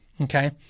Okay